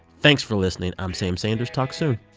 thanks for listening. i'm sam sanders. talk soon.